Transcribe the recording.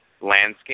landscape